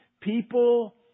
people